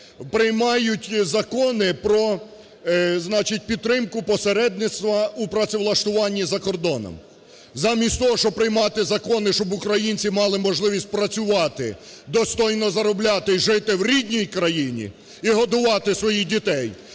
Приймають закони про, значить, підтримку посередництва у працевлаштуванні за кордоном. Замість того, щоб приймати закони, щоб українці мали можливість працювати, достойно заробляти і жити в рідній країні і годувати своїх дітей,